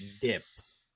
dips